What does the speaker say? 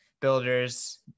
builders